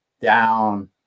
down